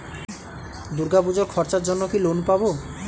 দূর্গাপুজোর খরচার জন্য কি লোন পাব?